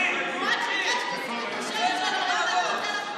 אלי, אלי, תן לנו לעבוד.